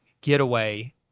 getaway